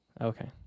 okay